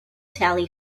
tally